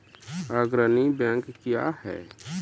अग्रणी बैंक क्या हैं?